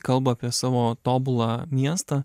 kalba apie savo tobulą miestą